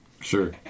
sure